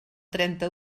trenta